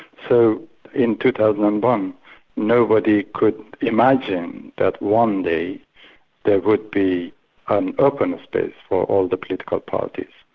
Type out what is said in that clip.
so in two thousand and one nobody could imagine that one day there would be an open space for all the political parties.